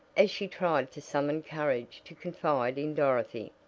as she tried to summon courage to confide in dorothy.